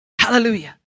Hallelujah